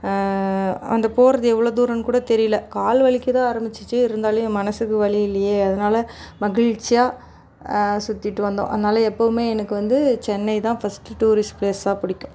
அந்த போகிறது எவ்வளோ தூரம் கூட தெரியலை கால் வலிக்கதான் ஆரம்பிச்சிச்சு இருந்தாலும் என் மனதுக்கு வலி இல்லையே அதனால் மகிழ்ச்சியாக சுற்றிட்டு வந்தோம் அதனால் எப்பவுமே எனக்கு வந்து சென்னைதான் ஃபஸ்ட்டு டூரிஸ்ட்டு ப்ளேஸாக பிடிக்கும்